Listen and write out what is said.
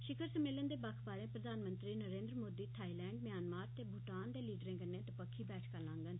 शिखर सम्मेलन दे बक्ख बाहरे प्रधानमंत्री नरेन्द्र मोदी थाईलैंड म्यांमार ते भूटान दे लीडरें कन्नै दपक्खी बैठकां लागंन